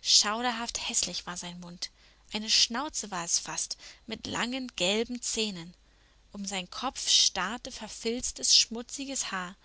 schauderhaft häßlich war sein mund eine schnauze war es fast mit langen gelben zähnen um seinen kopf starrte verfilztes schmutziges haar